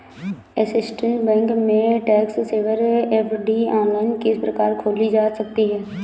Axis Bank में tax saver FD online किस प्रकार खोली जा सकती है?